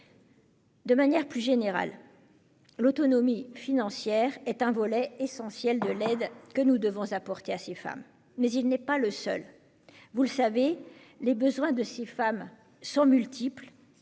De manière plus générale, si l'autonomie financière est un volet essentiel de l'aide que nous devons apporter à ces femmes, il n'est pas le seul. Comme vous le savez, leurs besoins sont multiples